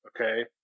Okay